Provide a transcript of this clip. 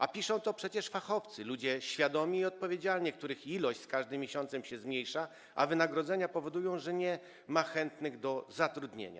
A piszą to przecież fachowcy, ludzie świadomi i odpowiedzialni, których liczba z każdym miesiącem się zmniejsza, a wynagrodzenia powodują, że nie ma chętnych do zatrudnienia.